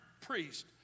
priest